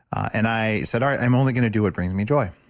and i said, all right, i'm only going do what brings me joy.